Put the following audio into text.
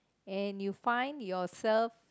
and you find yourself